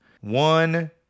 One-